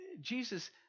Jesus